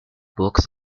books